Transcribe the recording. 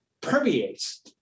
permeates